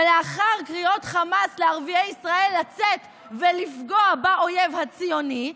ולאחר מכן קריאות חמאס לערביי ישראל לצאת ולפגוע באויב הציוני,